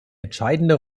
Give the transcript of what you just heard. entscheidende